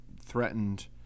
threatened